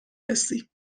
رسی